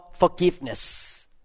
Forgiveness